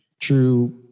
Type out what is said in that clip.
true